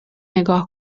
نگاه